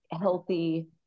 healthy